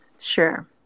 Sure